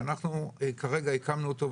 שאנחנו כרגע הקמנו אותו,